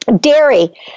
Dairy